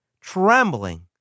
trembling